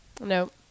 No